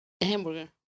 hamburger